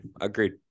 Agreed